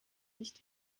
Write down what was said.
nicht